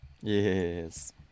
Yes